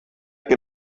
que